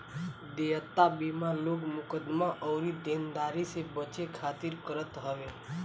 देयता बीमा लोग मुकदमा अउरी देनदारी से बचे खातिर करत हवे